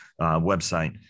website